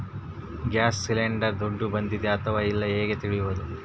Gas cylinder ದುಡ್ಡು ಬಂದಿದೆ ಅಥವಾ ಇಲ್ಲ ಹೇಗೆ ತಿಳಿಯುತ್ತದೆ?